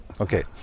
okay